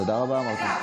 מה זה היה?